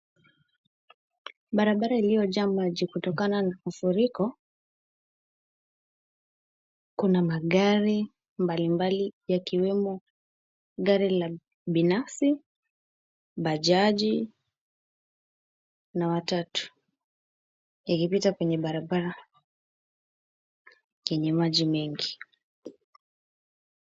Barabara iliojaa maji kutokana na mafuriko, kuna magari mbalimbali yakiwemo gari la binafsi, bajaji na matatu yakipita kwenye barabara yenye maji mengi.